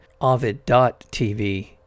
Ovid.TV